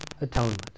atonement